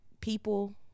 people